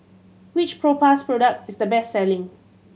which Propass product is the best selling